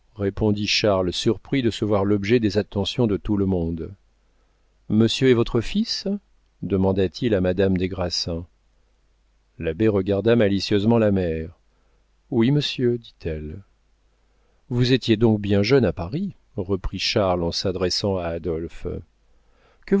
charles surpris de se voir l'objet des attentions de tout le monde monsieur est votre fils demanda-t-il à madame des grassins l'abbé regarda malicieusement la mère oui monsieur dit-elle vous étiez donc bien jeune à paris reprit charles en s'adressant à adolphe